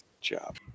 job